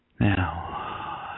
Now